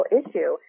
issue